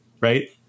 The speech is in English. right